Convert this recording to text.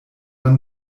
man